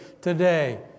today